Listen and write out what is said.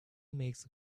makes